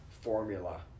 formula